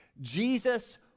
Jesus